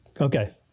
Okay